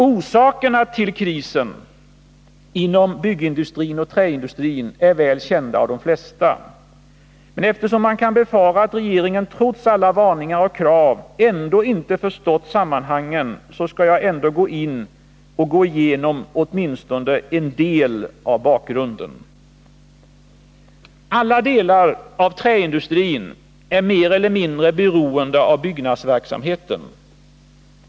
Orsakerna till krisen inom byggindustrin och träindustrin är väl kända av de flesta. Men eftersom man kan befara att regeringen trots alla varningar och krav ändå inte har förstått sammanhangen, skall jag gå igenom åtminstone en del av bakgrunden. Alla delar av träindustrin är mer eller mindre beroende av byggnadsverksamheten.